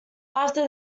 after